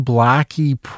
Blackie